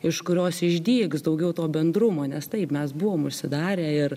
iš kurios išdygs daugiau to bendrumo nes taip mes buvom užsidarę ir